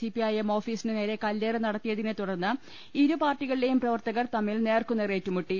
CP IM ഓഫീസിനു നേരെ കല്ലേറ് നടത്തിയതിനെ തുടർന്ന് ഇരുപാർട്ടി കളിലെയും പ്രവർത്തകർ തമ്മിൽ നേർക്കുനേർ ഏറ്റുമുട്ടി